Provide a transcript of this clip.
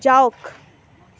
যাওক